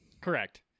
Correct